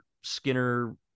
Skinner